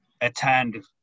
attend